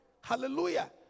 hallelujah